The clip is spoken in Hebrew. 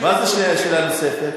מה זה "שאלה נוספת"?